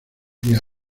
día